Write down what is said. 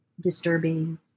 disturbing